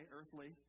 earthly